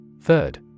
Third